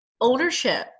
ownership